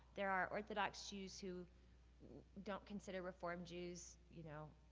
there are orthodox jews who don't consider reformed jews, you know,